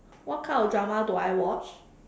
what kind of drama do I watch